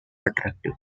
attractive